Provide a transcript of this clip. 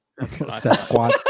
Sasquatch